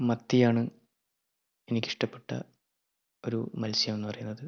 മത്തിയാണ് എനിക്കിഷ്ടപ്പെട്ട ഒരു മത്സ്യം എന്ന് പറയുന്നത്